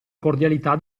cordialità